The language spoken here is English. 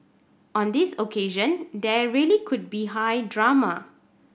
on this occasion there really could be high drama